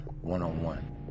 one-on-one